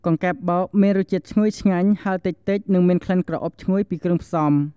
កង្កែបបោកមានរសជាតិឈ្ងុយឆ្ងាញ់ ហិរតិចៗ និងមានក្លិនក្រអូបឈ្ងុយពីគ្រឿងផ្សំ។